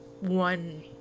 one